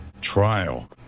trial